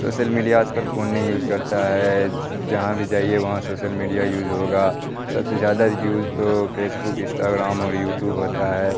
social media آج کل کون نہیں یوز کرتا ہے جہاں بھی جائیے وہاں سوسل میڈیا یوز ہوگا سب سے زیادہ یوز تو فیسبک اسٹاگرام اور یوٹیوب ہوتا ہے